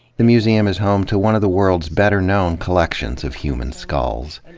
the museum is home to one of the world's better-known co llections of human skulls.